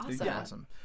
Awesome